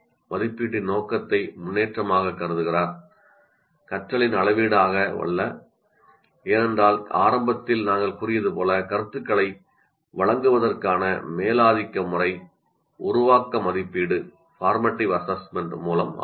மதிப்பீட்டின் நோக்கத்தை முன்னேற்றமாகக் கருதுகிறார் கற்றலின் அளவீடாக அல்ல ஏனென்றால் ஆரம்பத்தில் நாங்கள் கூறியது போல் கருத்துக்களை வழங்குவதற்கான மேலாதிக்க முறை உருவாக்கம் மதிப்பீடு மூலம் ஆகும்